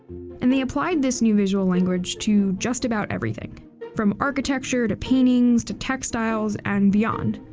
and they applied this new visual language to just about everything from architecture to paintings to textiles and beyond.